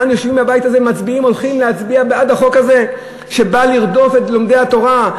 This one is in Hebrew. יושבים כאן בבית והולכים להצביע בעד החוק הזה שבא לרדוף את לומדי התורה.